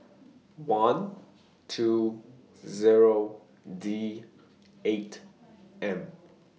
one two Zero D eight M